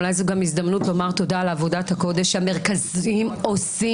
אולי זאת גם הזדמנות לומר תודה על עבודת הקודש שהמרכזים עושים.